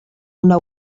una